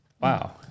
Wow